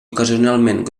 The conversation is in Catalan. ocasionalment